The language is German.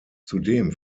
zudem